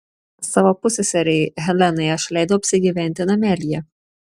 savo pusseserei helenai aš leidau apsigyventi namelyje